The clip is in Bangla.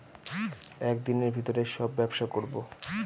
এক দিনের ভিতরে সব ব্যবসা করবো